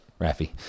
Rafi